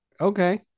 Okay